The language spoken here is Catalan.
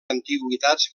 antiguitats